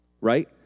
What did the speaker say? right